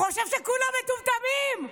חושב שכולם מטומטמים?